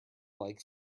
like